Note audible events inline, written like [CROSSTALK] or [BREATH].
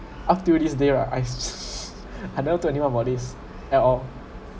up to this day right I [LAUGHS] [BREATH] I never told anyone about this at all